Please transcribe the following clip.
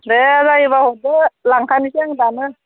दे जायोबा हरदो लांखानोसै आं दानो